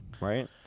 right